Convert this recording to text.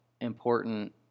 important